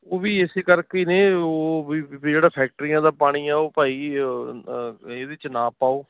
ਉਹ ਵੀ ਇਸੇ ਕਰਕੇ ਹੀ ਨੇ ਉਹ ਵੀ ਜਿਹੜਾ ਫੈਕਟਰੀਆਂ ਦਾ ਪਾਣੀ ਆ ਉਹ ਭਾਈ ਇਹਦੇ 'ਚ ਨਾ ਪਾਓ